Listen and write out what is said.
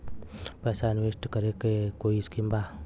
पैसा इंवेस्ट करे के कोई स्कीम बा?